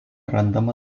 randama